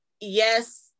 yes